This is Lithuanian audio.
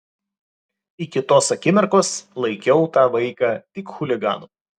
iki tos akimirkos laikiau tą vaiką tik chuliganu